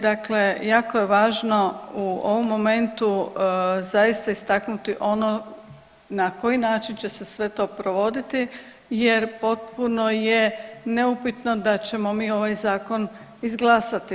Dakle, jako je važno u ovom momentu zaista istaknuti ono na koji način će se sve to provoditi jer potpuno je neupitno da ćemo mi ovaj Zakon izglasati.